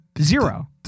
zero